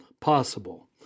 possible